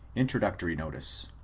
introductory notice.